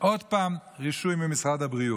עוד פעם רישוי ממשרד הבריאות.